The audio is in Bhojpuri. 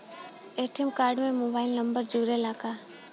ए.टी.एम कार्ड में मोबाइल नंबर जुरेला का?